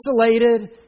isolated